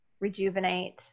Rejuvenate